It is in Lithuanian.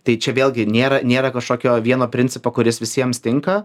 tai čia vėlgi nėra nėra kažkokio vieno principo kuris visiems tinka